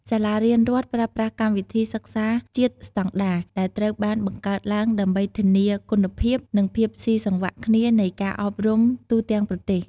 សាលារៀនរដ្ឋប្រើប្រាស់កម្មវិធីសិក្សាជាតិស្តង់ដារ ដែលត្រូវបានបង្កើតឡើងដើម្បីធានាគុណភាព និងភាពស៊ីសង្វាក់គ្នានៃការអប់រំទូទាំងប្រទេស។